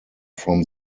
from